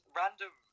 random